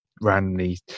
randomly